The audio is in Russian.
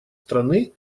страны